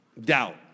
doubt